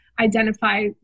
identify